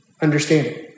understanding